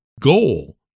goal